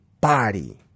body